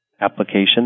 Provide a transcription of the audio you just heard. application